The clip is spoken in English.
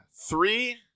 three